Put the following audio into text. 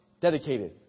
dedicated